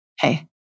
Hey